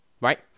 right